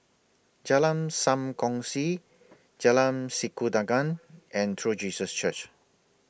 Jalan SAM Kongsi Jalan Sikudangan and True Jesus Church